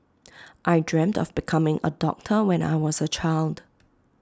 I dreamt of becoming A doctor when I was A child